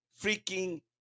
freaking